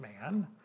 man